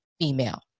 female